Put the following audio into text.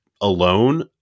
alone